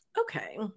Okay